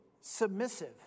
submissive